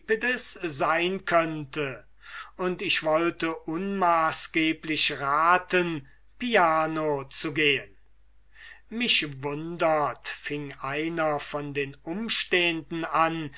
sein könnte und ich wollte unmaßgeblich raten piano zu gehen mich wundert fing einer von den umstehenden an